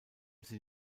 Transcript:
sie